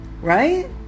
right